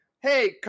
hey